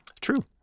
true